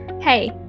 Hey